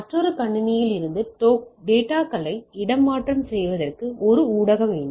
மற்றொரு கணினியில் இருந்து டேட்டாகளை இட மாற்றம் செய்வதற்கு ஒரு ஊடக வேண்டும்